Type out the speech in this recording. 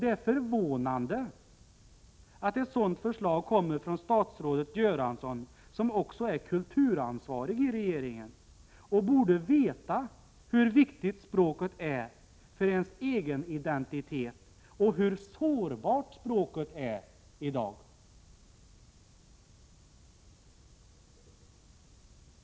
Det är förvånande att ett sådant förslag kommer från statsrådet Göransson, som också är kulturansvarig i regeringen och borde veta hur viktigt språket är för ens identitet och hur sårbart språket är.